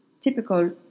typical